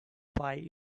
pie